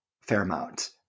Fairmount